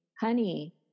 honey